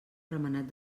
remenat